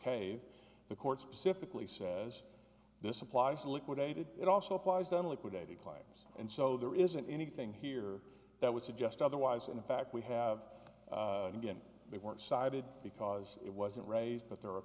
cave the court specifically says this applies liquidated it also applies them liquidated claims and so there isn't anything here that would suggest otherwise and in fact we have again they weren't sided because it wasn't raised but there are a